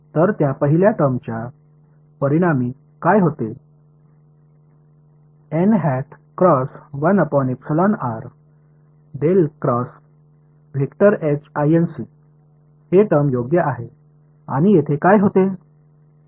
तर त्या पहिल्या टर्मच्या परिणामी काय होते हे टर्म योग्य आहे आणि येथे काय होते